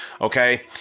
okay